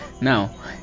Now